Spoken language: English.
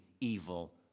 evil